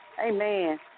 Amen